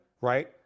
right